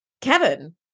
kevin